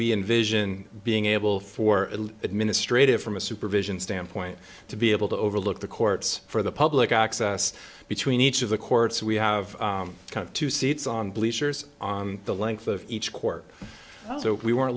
we envision being able for administrative from a supervision standpoint to be able to overlook the courts for the public access between each of the courts we have two seats on bleachers on the length of each court so we were